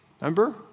Remember